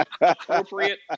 appropriate